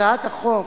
הצעת החוק,